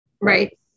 Right